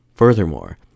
Furthermore